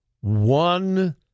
one